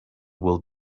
will